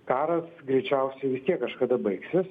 karas greičiausiai vis tiek kažkada baigsis